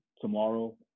tomorrow